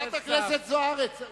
חברת הכנסת זוארץ,